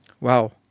Wow